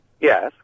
Yes